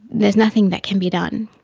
there is nothing that can be done.